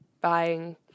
buying